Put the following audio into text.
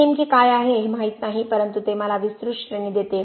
ते नेमके काय आहे हे माहीत नाही परंतु ते मला विस्तृत श्रेणी देते